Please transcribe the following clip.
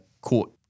court